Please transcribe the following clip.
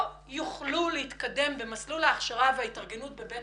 לא יוכלו להתקדם במסלול ההכשרה וההתארגנות בבית